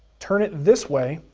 turn it this way,